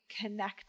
connect